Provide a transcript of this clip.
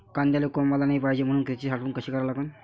कांद्याले कोंब आलं नाई पायजे म्हनून त्याची साठवन कशी करा लागन?